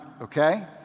okay